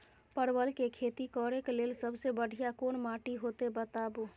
परवल के खेती करेक लैल सबसे बढ़िया कोन माटी होते बताबू?